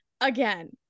again